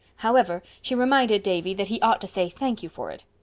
however, she reminded davy that he ought to say thank you for it.